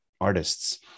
artists